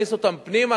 להכניס אותן פנימה,